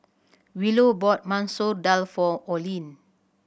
Willow bought Masoor Dal for Olene